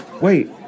Wait